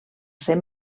ser